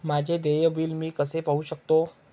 माझे देय बिल मी कसे पाहू शकतो?